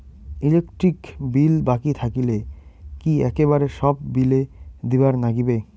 Electric bill বাকি থাকিলে কি একেবারে সব বিলে দিবার নাগিবে?